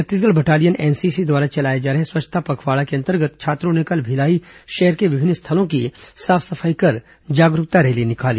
Chhattisgarh battalion NCC द्वारा चलाए जा रहे स्वच्छता पखवाड़ा के अतंर्गत छात्रों ने कल भिलाई शहर के विभिन्न स्थलों की साफ सफाई कर जागरूकता रैली निकाली